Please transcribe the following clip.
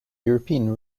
european